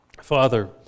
Father